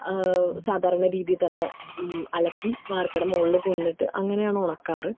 ആ സാധാരണ രീതിയിൽത്തന്നെ അലക്കി വാർക്കയുടെ മുകളിൽ കൊണ്ടുവന്നിട്ട് അങ്ങനെയാണ് ഉണക്കാറ്